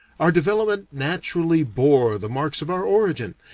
our development naturally bore the marks of our origin.